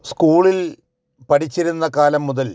സ്കൂളില് പഠിച്ചിരുന്ന കാലം മുതല്